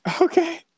Okay